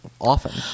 often